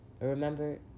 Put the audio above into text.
Remember